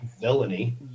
villainy